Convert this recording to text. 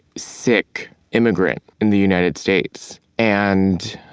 sick immigrant in the united states. and